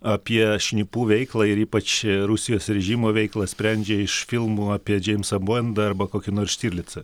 apie šnipų veiklą ir ypač rusijos režimo veiklą sprendžia iš filmų apie džeimsą bondą arba kokį nors štirlicą